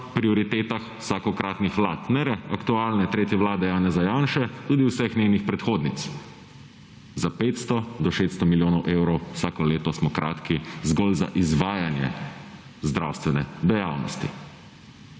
prioritetah vsakokratnih vlad, ne le aktualne tretje vlade Janeza Janše, tudi vseh njenih predhodnic. Za 500 do 600 milijonov evrov vsako leto smo kratki samo za izvajanje zdravstvene dejavnosti.